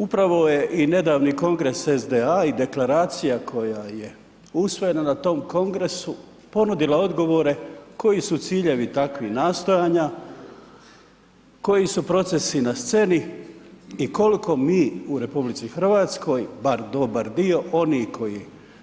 Upravo je i nedavni kongres SDA i deklaracija koja je usvojena na tom kongresu, ponudila odgovore koji su ciljevi takvih nastojanja, koji su procesi na sceni i koliko mi u RH, bar dobar dio onih koji